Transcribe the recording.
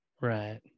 Right